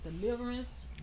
Deliverance